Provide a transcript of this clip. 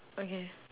okay